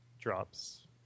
drops